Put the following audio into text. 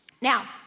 Now